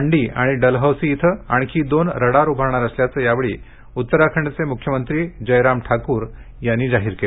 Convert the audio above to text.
मंडी आणि डलहौसी इथं आणखी दोन रडार उभारणार असल्याचं यावेळी उत्तराखंडचे मुख्यमंत्री जयराम ठाकूर यांनी जाहीर केल